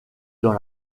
dans